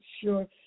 sure –